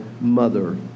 mother